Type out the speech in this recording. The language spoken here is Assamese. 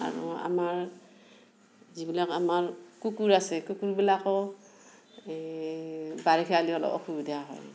আৰু আমাৰ যিবিলাক আমাৰ কুকুৰ আছে কুকুৰবিলাকো এই বাৰিষাদিনত অসুবিধা হয়